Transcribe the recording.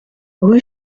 rue